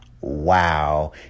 wow